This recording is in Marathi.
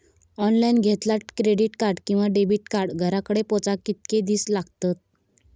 ऑनलाइन घेतला क्रेडिट कार्ड किंवा डेबिट कार्ड घराकडे पोचाक कितके दिस लागतत?